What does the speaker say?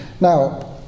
Now